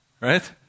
Right